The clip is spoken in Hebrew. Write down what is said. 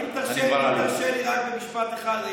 אם תרשה לי רק במשפט אחד,